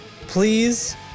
please